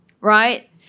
right